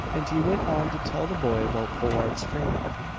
and he went on to tell the boy about powart's frame-up.